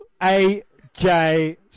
AJ